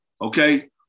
Okay